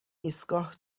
ایستگاه